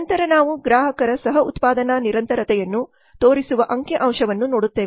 ನಂತರ ನಾವು ಗ್ರಾಹಕರ ಸಹ ಉತ್ಪಾದನಾ ನಿರಂತರತೆಯನ್ನು ತೋರಿಸುವ ಅಂಕಿ ಅಂಶವನ್ನು ನೋಡುತ್ತೇವೆ